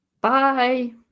Bye